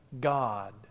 God